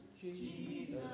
Jesus